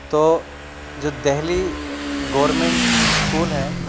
تو جو Delhi government school ہے